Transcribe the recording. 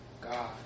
God